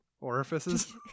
orifices